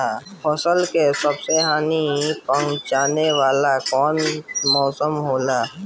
फसल के सबसे अधिक हानि पहुंचाने वाला मौसम कौन हो ला?